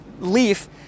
leaf